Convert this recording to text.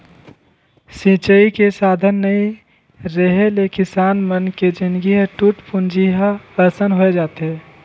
सिंचई के साधन नइ रेहे ले किसान मन के जिनगी ह टूटपुंजिहा असन होए जाथे